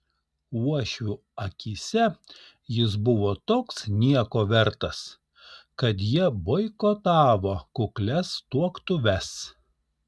uošvių akyse jis buvo toks nieko vertas kad jie boikotavo kuklias tuoktuves